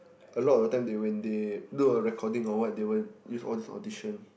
a lot of the time they when they do a recording or what they will use the audition